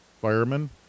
firemen